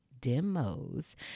Demos